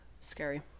scary